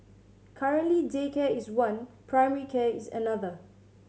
currently daycare is one primary care is another